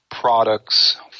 products